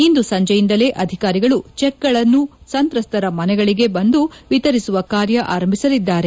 ಇಂದು ಸಂಜೆಯಿಂದಲೇ ಅಧಿಕಾರಿಗಳು ಚೆಕ್ ಗಳನ್ನು ಸಂತ್ರಸ್ತರ ಮನೆಗಳಿಗೆ ಬಂದು ವಿತರಿಸುವ ಕಾರ್ಯ ಆರಂಭಿಸಲಿದ್ದಾರೆ